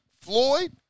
Floyd